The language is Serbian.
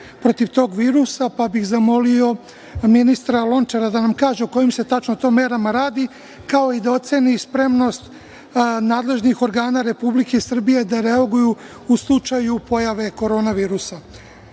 protiv tog virusa, pa bih zamolio ministra Lončara da nam kaže o kojim se to tačno merama radi, kao i da oceni spremnost nadležnih organa Republike Srbije da reaguju u slučaju pojave Korona virusa. Kada